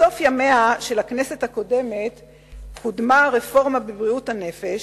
בסוף ימיה של הכנסת הקודמת קודמה רפורמה בבריאות הנפש,